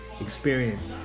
experience